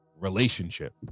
relationship